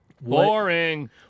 Boring